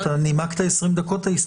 אתה נימקת 20 דקות את ההסתייגויות.